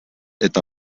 eta